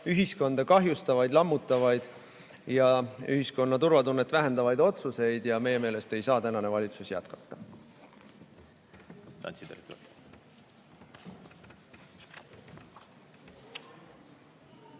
ühiskonda kahjustavaid, lammutavaid ja ühiskonna turvatunnet vähendavaid otsuseid ja meie meelest ei saa tänane valitsus jätkata. Olen vastu võtnud